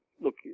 Look